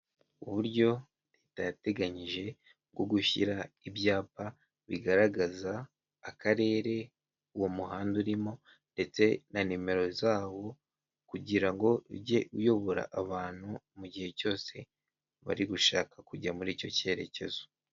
Uburyo leta yateganyije bwo gushyira ibyapa bigaragaza akarere uwo muhanda urimo, ndetse na nimero zawo kugira ngo ujye uyobora abantu mu gihe cyose bari gushaka kujya muri icyo cyerekezo.